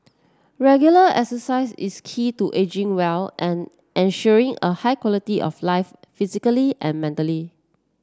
regular exercise is key to ageing well and ensuring a high quality of life physically and mentally